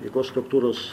jėgos struktūros